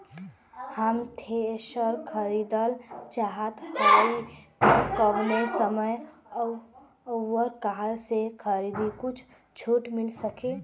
हम थ्रेसर खरीदल चाहत हइं त कवने समय अउर कहवा से खरीदी की कुछ छूट मिल सके?